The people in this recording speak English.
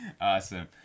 Awesome